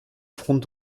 front